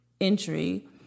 entry